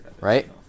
right